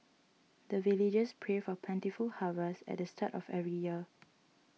the villagers pray for plentiful harvest at the start of every year